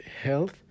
health